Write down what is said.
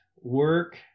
work